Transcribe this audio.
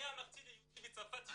אני אמרתי ליהודי בצרפת "תישאר"?